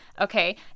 okay